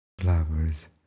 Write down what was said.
flowers